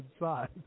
inside